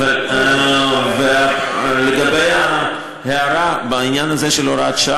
הבעיה היא הדרך.